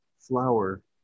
flower